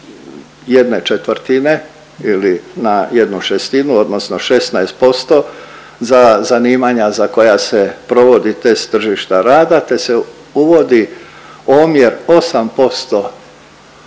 radnika sa 1/4 ili na jednu šestinu, odnosno 16% za zanimanja za koja se provodi test tržišta rada te se uvodi omjer 8%